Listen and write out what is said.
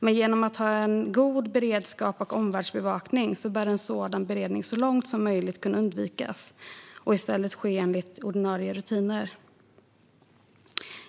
Men genom god beredskap och omvärldsbevakning bör en sådan beredning så långt som möjligt kunna undvikas och i stället ske enligt ordinarie rutiner.